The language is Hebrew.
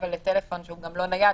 אבל לטלפון שהוא גם לא נייד,